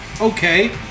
Okay